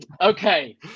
okay